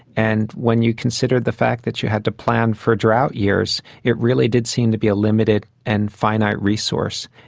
and when you considered the fact that you had to plan for drought years, it really did seem to be a limited and finite resource.